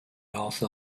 also